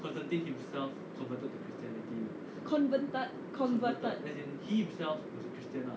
converted converted